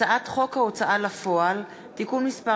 הצעת חוק ההוצאה לפועל (תיקון מס'